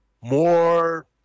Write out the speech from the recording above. more